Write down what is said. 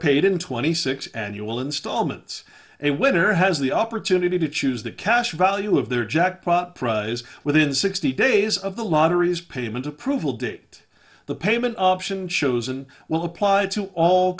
paid in twenty six annual installments a winner has the opportunity to choose the cash value of their jackpot prize within sixty days of the lotteries payment approval date the payment option chosen will apply to all